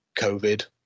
COVID